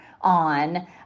on